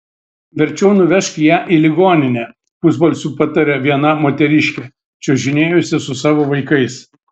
verčiau nuvežk ją į ligoninę pusbalsiu patarė viena moteriškė čiuožinėjusi su savo vaikais